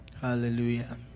Hallelujah